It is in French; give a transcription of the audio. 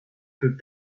peut